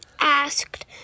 asked